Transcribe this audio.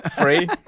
Free